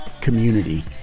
community